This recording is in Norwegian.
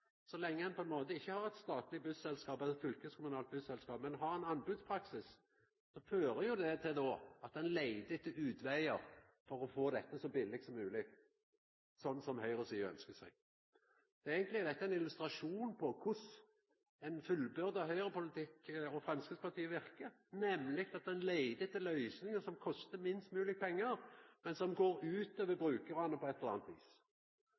Så lenge ein på ein måte ikkje har statlege eller fylkeskommunale busselskap, men har ein anbodspraksis, fører jo det til at ein leitar etter utvegar for å få dette så billeg som mogleg, sånn som høgresida ønskjer seg. Eigentleg er dette ein illustrasjon på korleis ein fullbyrdar høgrepolitikk og framstegspartivirke, nemleg at ein leitar etter løysingar som kostar minst mogleg pengar, men som går ut over brukarane på eit eller anna vis.